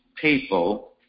people